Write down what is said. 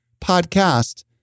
podcast